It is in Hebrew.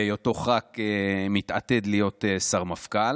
בהיותו ח"כ המתעתד להיות שר-מפכ"ל,